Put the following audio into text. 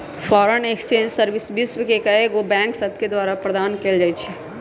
foreign exchange service विश्व के कएगो बैंक सभके द्वारा प्रदान कएल जाइ छइ